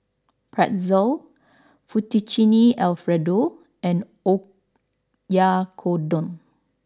Pretzel Fettuccine Alfredo and Oyakodon